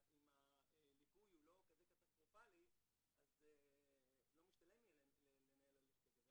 אם הליקוי הוא לא כזה קטסטרופלי אז לא משתלם לנהל הליך כזה.